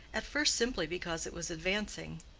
at first simply because it was advancing,